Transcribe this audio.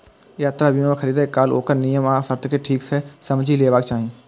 यात्रा बीमा खरीदै काल ओकर नियम आ शर्त कें ठीक सं समझि लेबाक चाही